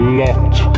locked